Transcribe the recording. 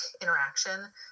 interaction